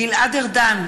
גלעד ארדן,